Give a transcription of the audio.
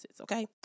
okay